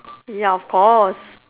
ya of course